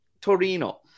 Torino